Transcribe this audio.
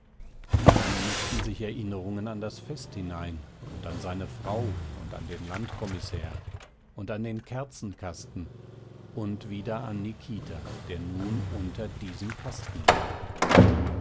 dann mischten sich erinnerungen an das fest hinein und an seine frau und an den landkommissär und an den kerzenkasten und wieder an nikita der nun unter diesem kasten lag